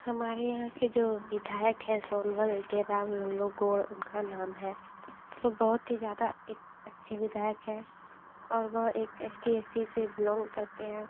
हमारे यहाँ के जो विधायक हैं सोनभद्र के राम ललो गोड़ उनका नाम है वो बहुत ही ज़्यादा एक अच्छे विधायक हैं और वह एक एस टी एस सी से बिलॉन्ग करते हैं